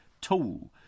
tool